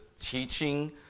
teaching